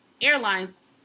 Airlines